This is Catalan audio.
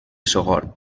sogorb